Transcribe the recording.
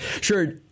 Sure